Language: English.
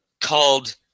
Called